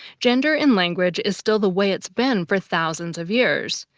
gender in language is still the way it's been for thousands of years,